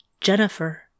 Jennifer